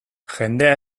jendea